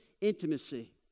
intimacy